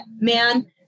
man